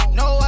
no